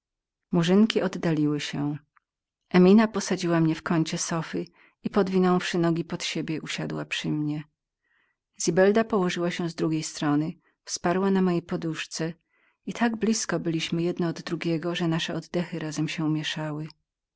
murzynki oddaliły się emina posadziła mnie w kącie sofy i podwinąwszy nogi pod siebie usiadła przy mnie zibelda położyła się z drugiej strony wsparła na mojej poduszce i tak blizko byliśmy jedno od drugiego że nasze oddechy razem się mięszały